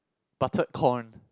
buttered corn